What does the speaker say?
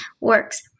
works